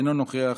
אינו נוכח,